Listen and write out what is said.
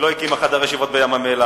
היא לא הקימה חדר ישיבות בים-המלח.